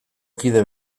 kide